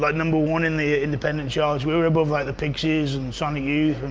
like number one in the independent charts. we were above like, the pixies, and sonic youth, and.